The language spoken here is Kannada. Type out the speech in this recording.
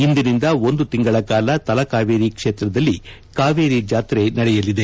ಇಂದಿನಿಂದ ಒಂದು ತಿಂಗಳ ಕಾಲ ತಲಕಾವೇರಿ ಕ್ಷೇತ್ರದಲ್ಲಿ ಕಾವೇರಿ ಜಾತ್ರೆ ನಡೆಯಲಿದೆ